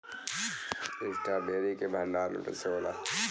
Strawberry के भंडारन कइसे होला?